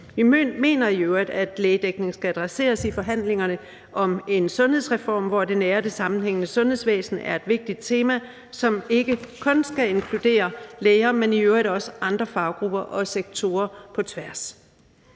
Vi mener i øvrigt, at lægedækning skal adresseres i forhandlingerne om en sundhedsreform, hvor det nære og sammenhængende sundhedsvæsen er et vigtigt tema, som ikke kun skal inkludere læger, men også andre faggrupper og sektorer på tværs.